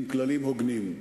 עם כללים הוגנים.